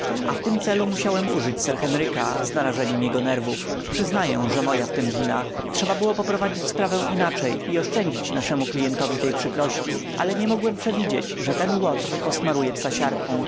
a w tym celu musiałem użyć sir henryka z narażeniem jego nerwów przyznaję że moja w tem wina trzeba było poprowadzić sprawę inaczej i oszczędzić naszemu klientowi tej przykrości ale nie mogłem przewidzieć że ten łotr posmaruje psa siarką